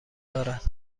دارد